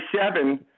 seven